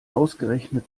ausgerechnet